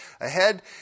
ahead